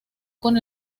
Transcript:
con